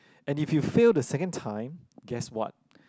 and if you fail the second time guess what